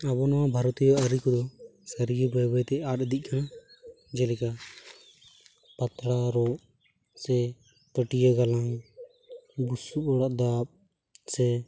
ᱟᱵᱚ ᱱᱚᱣᱟ ᱵᱷᱟᱨᱚᱛᱤᱭᱚ ᱟᱹᱨᱤᱠᱚᱫᱚ ᱥᱟᱹᱨᱤᱜᱮ ᱵᱟᱹᱭ ᱵᱟᱹᱭᱛᱮ ᱟᱫ ᱤᱫᱤᱜ ᱠᱟᱱᱟ ᱡᱮᱞᱮᱠᱟ ᱯᱟᱛᱲᱟ ᱨᱚᱜ ᱥᱮ ᱯᱟᱹᱴᱭᱟᱹ ᱜᱟᱞᱟᱝ ᱵᱩᱥᱩᱵᱽ ᱚᱲᱟᱜ ᱫᱟᱵ ᱥᱮ